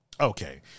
Okay